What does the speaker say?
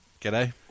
G'day